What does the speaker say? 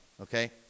okay